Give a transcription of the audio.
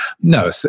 No